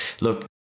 look